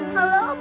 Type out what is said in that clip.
Hello